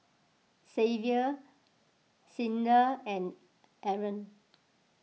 Xavier Clyda and Arah